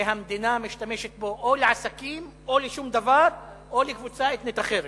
והמדינה משתמשת בו או לעסקים או לשום דבר או לקבוצה אתנית אחרת.